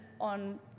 on